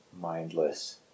mindless